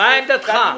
מה עמדתך?